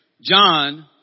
John